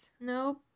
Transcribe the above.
Nope